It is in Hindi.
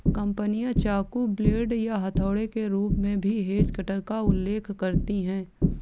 कंपनियां चाकू, ब्लेड या हथौड़े के रूप में भी हेज कटर का उल्लेख करती हैं